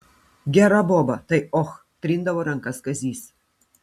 gera boba tai och trindavo rankas kazys